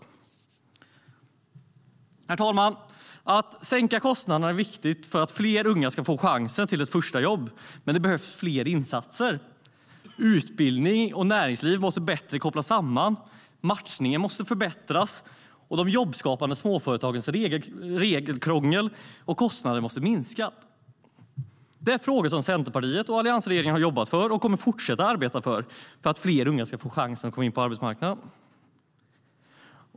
Herr talman! Att sänka kostnaderna är viktigt för att fler unga ska få chansen till ett första jobb, men det behövs fler insatser. Utbildning och näringsliv måste bättre kopplas samman, matchningen måste förbättras och de jobbskapande småföretagens regelkrångel och kostnader måste minskas. Det är frågor som Centerpartiet och alliansregeringen har jobbat för. Vi kommer också att fortsätta att arbeta för detta för att fler unga ska få chansen att komma in på arbetsmarknaden.